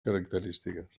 característiques